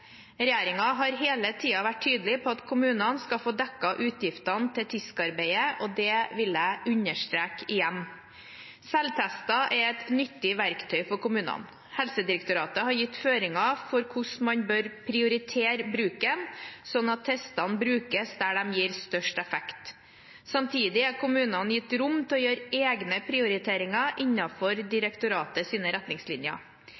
har hele tiden vært tydelig på at kommunene skal få dekket utgiftene til TISK-arbeidet, og det vil jeg understreke igjen. Selvtester er et nyttig verktøy for kommunene. Helsedirektoratet har gitt føringer for hvordan man bør prioritere bruken, slik at testene brukes der de gir størst effekt. Samtidig er kommunene gitt rom til å gjøre egne prioriteringer